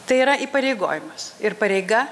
tai yra įpareigojimas ir pareiga